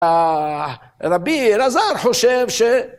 רבי אלעזר חושב ש...